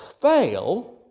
fail